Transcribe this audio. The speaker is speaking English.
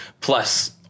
plus